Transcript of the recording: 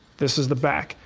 this is the back.